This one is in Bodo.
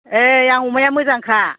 ओइ आं अमाया मोजांखा